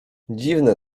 dziwne